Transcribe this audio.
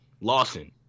Lawson